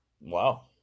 Wow